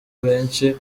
benshi